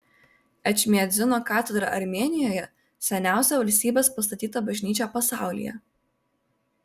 ečmiadzino katedra armėnijoje seniausia valstybės pastatyta bažnyčia pasaulyje